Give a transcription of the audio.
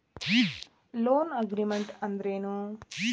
Loan agreement ಅಂದ್ರೇನು?